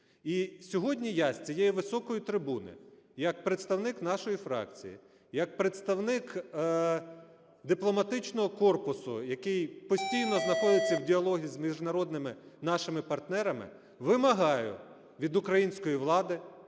сьогодні я з цієї високої трибуни як представник нашої фракції, як представник дипломатичного корпусу, який постійно знаходиться в діалозі з міжнародними нашими партнерами, вимагаю від української влади